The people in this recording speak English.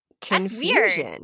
Confusion